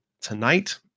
tonight